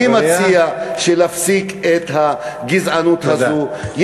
אני מציע להפסיק את הגזענות הזו,